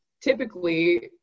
typically